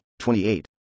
28